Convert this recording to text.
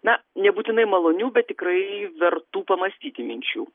na nebūtinai malonių bet tikrai vertų pamąstyti minčių